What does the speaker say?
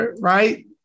right